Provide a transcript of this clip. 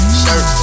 shirt